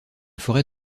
forêt